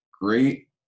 great